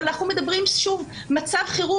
אבל אנחנו מדברים על מצב חירום.